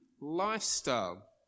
lifestyle